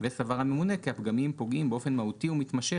וסבר הממונה כי הפגמים פוגעים באופן מהותי ומתמשך